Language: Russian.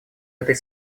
этой